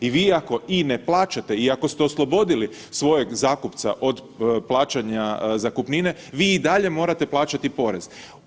I vi ako i ne plaćate i ako ste oslobodili svojeg zakupca od plaćanja zakupnine, vi i dalje morate plaćati porez.